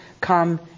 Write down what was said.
come